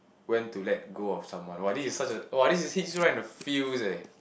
when to let go of someone !wah! this is such a !wah! this is hits right in the feels eh